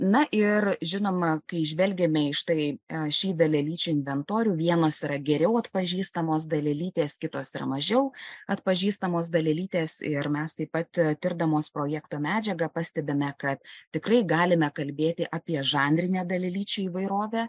na ir žinoma kai žvelgiame į štai šį dalelyčių inventorių vienos yra geriau atpažįstamos dalelytės kitos yra mažiau atpažįstamos dalelytės ir mes taip pat tirdamos projekto medžiagą pastebime kad tikrai galime kalbėti apie žanrinę dalelyčių įvairovę